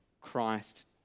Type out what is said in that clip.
Christ